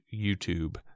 YouTube